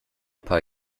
paar